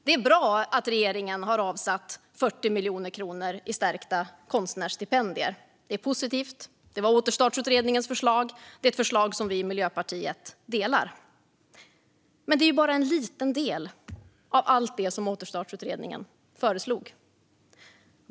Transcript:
Det är bra att regeringen har avsatt 40 miljoner kronor i stärkta konstnärsstipendier. Det är positivt. Det var Återstartsutredningens förslag, och det är ett förslag som vi i Miljöpartiet delar. Men det är ju bara en liten del av allt det som Återstartsutredningen föreslog.